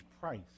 price